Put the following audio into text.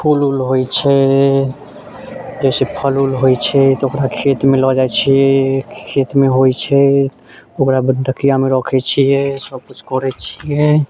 फूल ओल होइत छै जैसे फल ओल होइत छै तऽ ओकरा खेतमे लऽ जाइत छियै खेतमे होइत छै ओकरा मे रखैत छियै सब किछु करैत छियै